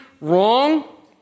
wrong